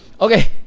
okay